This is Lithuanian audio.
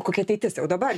kokia ateitis jau dabar